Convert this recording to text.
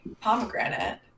pomegranate